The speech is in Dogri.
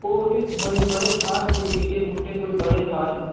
होर बी बड़े थाह्र न कोई निक्के मुट्टे कोई बड़े थाह्र न